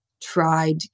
tried